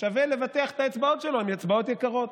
שווה לבטח את האצבעות שלו, הן אצבעות יקרות.